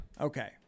Okay